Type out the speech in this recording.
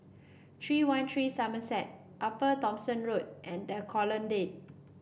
three one three Somerset Upper Thomson Road and The Colonnade